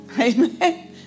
Amen